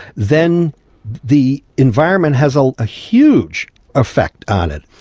then the environment has a ah huge effect on it.